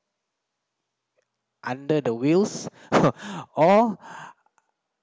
under the wheels or